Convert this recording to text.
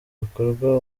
bikorwa